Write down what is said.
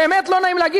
באמת לא נעים להגיד,